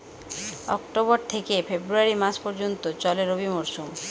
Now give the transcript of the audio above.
October থেকে February মাস পর্যন্ত চলে রবি মরসুম